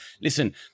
Listen